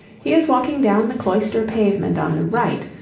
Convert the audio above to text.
he is walking down the cloister pavement on the right,